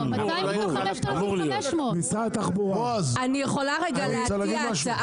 200 מתוך 5,500. אני יכולה להציע הצעה?